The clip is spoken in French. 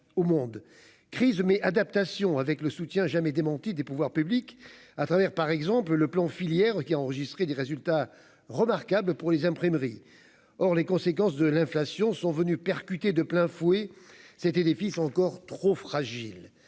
au monde crise mais adaptation avec le soutien jamais démenti des pouvoirs publics à travers par exemple le plan filière qui a enregistré des résultats remarquables pour les imprimeries, or les conséquences de l'inflation sont venus percuter de plein fouet, c'était des fils encore trop fragile,